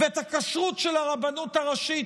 והכשרות של הרבנות הראשית,